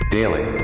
Daily